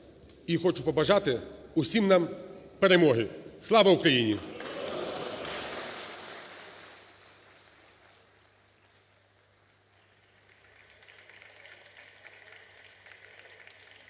І хочу побажати всім нам перемоги. Слава Україні!